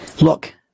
Look